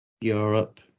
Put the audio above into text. Europe